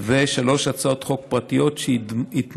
ומשלוש הצעות חוק פרטיות שהתמזגו.